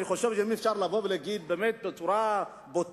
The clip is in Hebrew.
אני חושב שגם אי-אפשר להגיד בצורה בוטה,